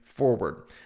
forward